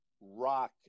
rock